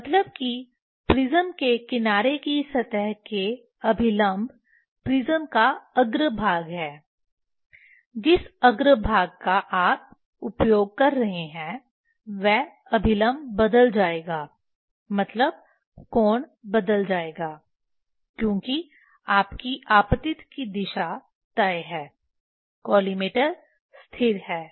मतलब कि प्रिज्म के किनारे की सतह के अभिलंब प्रिज़्म का अग्र भाग है जिस अग्र भाग का आप उपयोग कर रहे हैं वह अभिलंब बदल जाएगा मतलब कोण बदल जाएगा क्योंकि आपकी आपतित की दिशा तय है कॉलिमेटर स्थिर है